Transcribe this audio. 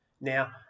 now